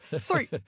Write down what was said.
sorry